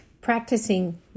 practicing